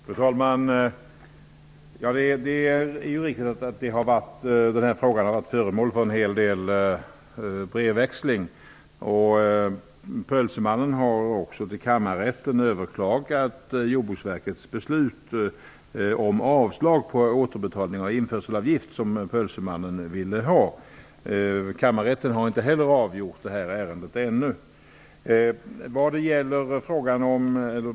Fru talman! Det är riktigt att denna fråga har varit föremål för en hel del brevväxling. Pölsemannen har också till kammarrätten överklagat Kammarrätten har inte ännu avgjort ärendet.